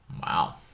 Wow